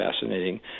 fascinating